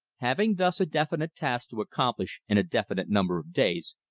having thus a definite task to accomplish in a definite number of days,